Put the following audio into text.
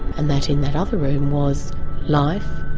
and that in that other room was life,